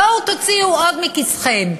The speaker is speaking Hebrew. בואו תוציאו עוד מכיסכם.